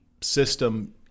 system